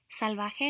salvaje